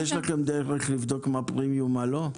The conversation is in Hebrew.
יש לכם דרך לבדוק מה פרימיום ומה לא?